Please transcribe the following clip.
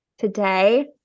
Today